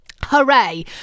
Hooray